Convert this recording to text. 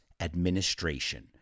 Administration